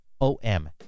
o-m